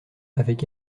avec